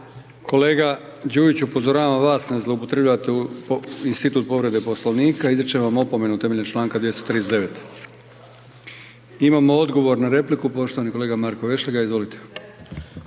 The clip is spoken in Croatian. Kolega Đujić upozoravam vas, ne zloupotrebljavajte institut povrede Poslovnika, izričem vam opomenu temeljem Članka 239. Imamo odgovor na repliku. Poštovani kolega Marko Vešligaj, izvolite.